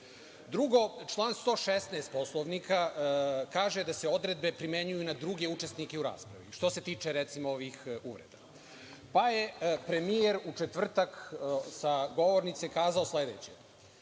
član 116. Poslovnika kaže da se odredbe primenjuju i na druge učesnike u raspravi, što se tiče, recimo, ovih uvreda, pa je premijer u četvrtak sa govornice kazao sledeće,